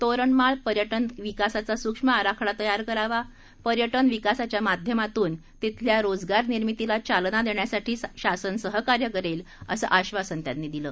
तोरणमाळ पर्यटन विकासाचा सुक्ष्म आराखडा तयार करावा पर्यटन विकासाच्या माध्यमातून तिथल्या रोजगार निर्मिताला चालना देण्यासाठी शासन सहकार्य करेल असं आश्वासन त्यांनी दिलं